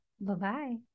bye-bye